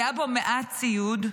היה בו מעט ציוד,